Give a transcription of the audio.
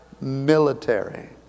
military